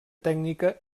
tècnica